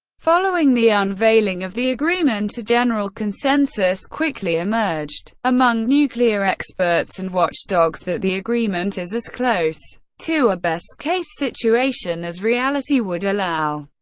following the unveiling of the agreement, a general consensus quickly emerged among nuclear experts and watchdogs that the agreement is as close to a best-case situation as reality would allow.